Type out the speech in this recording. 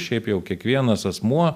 šiaip jau kiekvienas asmuo